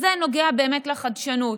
זה נוגע באמת לחדשנות,